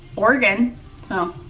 oregon so